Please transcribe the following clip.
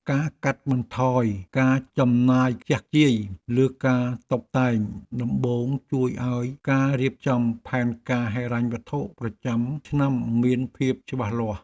ការកាត់បន្ថយការចំណាយខ្ជះខ្ជាយលើការតុបតែងដំបូងជួយឱ្យការរៀបចំផែនការហិរញ្ញវត្ថុប្រចាំឆ្នាំមានភាពច្បាស់លាស់។